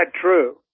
true